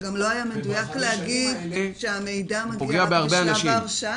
ובחמש שנים האלה זה פוגע בהרבה אנשים.